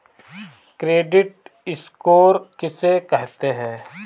Credit score किसे कहते हैं?